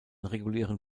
regulären